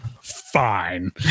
Fine